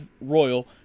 Royal